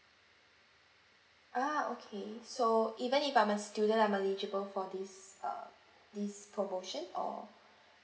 ah okay so even if I'm a student I'm eligible for this uh this promotion or